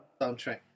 soundtrack